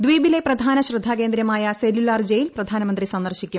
ദ്വീപിലെ പ്രധാന ശ്രദ്ധാകേന്ദ്രമായ സെല്ലുലാർ ജയിൽ പ്രധാനമന്ത്രി സന്ദർശിക്കും